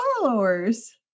followers